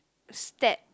step